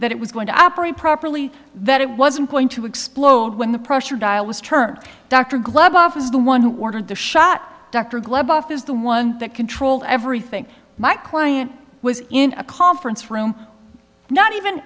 that it was going to operate properly that it wasn't going to explode when the pressure dial was turned doctor gleb off is the one who ordered the shot dr glenn is the one that controlled everything my client was in a conference room not even